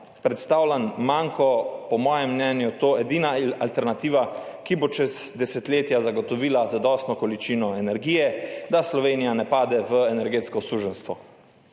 predstavljeni manko po mojem mnenju edina alternativa, ki bo čez desetletja zagotovila zadostno količino energije, da Slovenija ne pade v energetsko suženjstvo.